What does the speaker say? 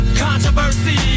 controversy